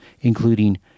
including